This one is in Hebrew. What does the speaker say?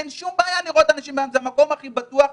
אין שום בעיה לראות אנשים בים, זה המקום הכי בטוח.